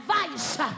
advice